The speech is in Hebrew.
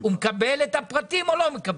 הוא מקבל את הפרטים או לא מקבל?